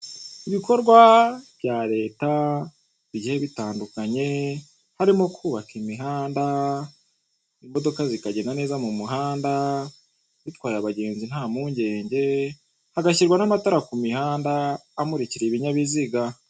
Ibikorwa bya leta bigiye bitandukanye, harimo kubaka imihanda, imodoka zikagenda neza mu muhanda, zitwaye abagenzi nta mpungenge hagashyirwa n'amatara ku mihanda amurikira ibinyabiziga.